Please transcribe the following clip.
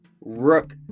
Rook